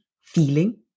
feeling